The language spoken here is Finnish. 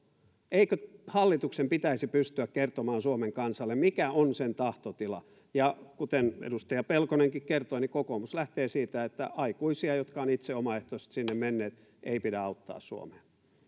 eikö hallituksen pitäisi pystyä kertomaan suomen kansalle mikä on sen tahtotila kuten edustaja pelkonenkin kertoi kokoomus lähtee siitä että aikuisia jotka ovat itse omaehtoisesti sinne menneet ei pidä auttaa suomeen